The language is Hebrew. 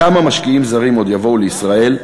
כמה משקיעים זרים עוד יבואו לישראל,